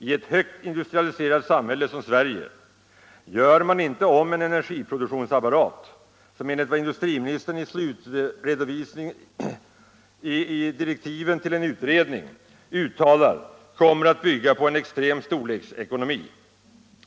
I ett högt industrialiserat samhälle som Sverige gör man inte om en energiproduktionsapparat som enligt vad industriministern i direktiven till en utredning uttalar kommer att bygga på en extrem storleksekonomi.